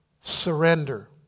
Surrender